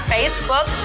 Facebook